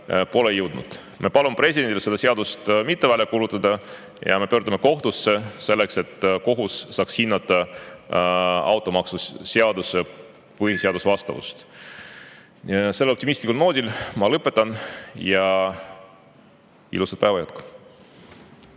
ei jõudnud. Ma palun presidendil seda seadust mitte välja kuulutada ja me pöördume kohtusse, selleks et kohus saaks hinnata automaksuseaduse põhiseadusele vastavust. Sellel optimistlikul noodil ma lõpetan. Ilusat päeva jätku!